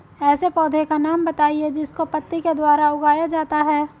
ऐसे पौधे का नाम बताइए जिसको पत्ती के द्वारा उगाया जाता है